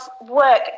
work